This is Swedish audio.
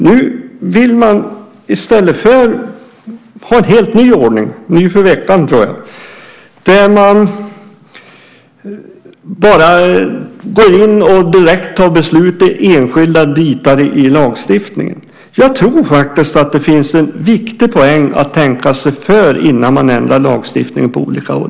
Nu vill man i stället ha en helt ny ordning - ny för veckan, tror jag - där vi ska gå in och genast fatta beslut i enskilda delar av lagstiftningen. Jag tror att det finns en viktig poäng i att tänka sig för innan man ändrar lagstiftningen på olika sätt.